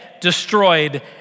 destroyed